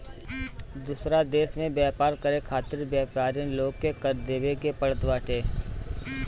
दूसरा देस में व्यापार करे खातिर व्यापरिन लोग के कर देवे के पड़त बाटे